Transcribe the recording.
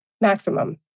maximum